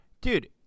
Dude